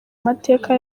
mateka